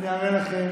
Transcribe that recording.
אראה לכם